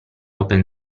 open